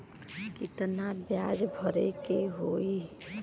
कितना ब्याज भरे के होई?